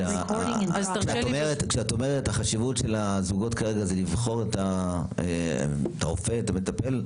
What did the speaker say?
וכשאת אומרת שהחשיבות היא לבחור את הרופא ואת המטפל,